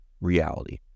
reality